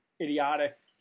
idiotic